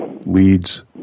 leads